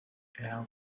air